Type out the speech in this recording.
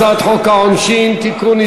הצעת חוק העונשין (תיקון,